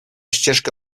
ścieżkę